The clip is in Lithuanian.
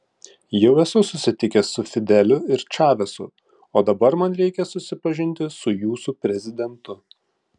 jau esu susitikęs su fideliu ir čavesu o dabar man reikia susipažinti su jūsų prezidentu